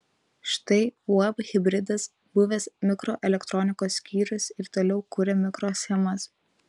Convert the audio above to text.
štai uab hibridas buvęs mikroelektronikos skyrius ir toliau kuria mikroschemas